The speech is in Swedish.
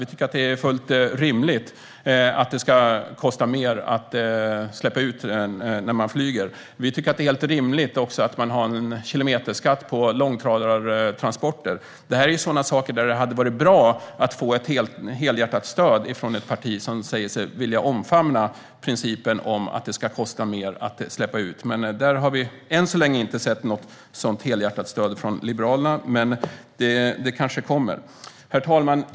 Vi tycker att det är fullt rimligt att det ska kosta mer att släppa ut när man flyger. Vi tycker också att det är fullt rimligt att man har en kilometerskatt på långtradartransporter. Det här är frågor där det hade varit bra att få helhjärtat stöd från ett parti som säger sig vilja omfamna principen att det ska kosta mer att släppa ut. Vi har än så länge inte sett något sådant helhjärtat stöd från Liberalerna, men det kanske kommer. Herr talman!